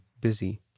busy